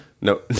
No